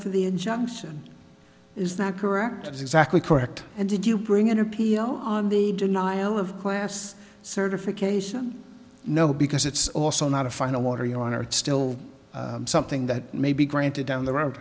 for the injunction is that correct is exactly correct and did you bring an appeal on the denial of class certification no because it's also not a final water you know on are still something that may be granted down the road